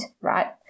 right